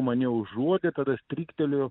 mane užuodė tada stryktelėjo